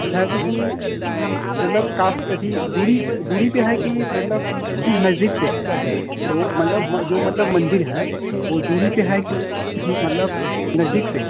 अच्छा यानी कि मतलब अति दूरी दूरी पर है कि मतलब नज़दीक पर है तो मतलब जो मतलब मन्दिर है वह दूरी पर है कि मतलब नज़दीक पर है